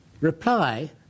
reply